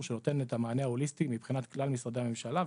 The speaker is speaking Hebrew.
שנותן את המענה ההוליסטי מבחינת כלל משרדי הממשלה.